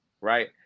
right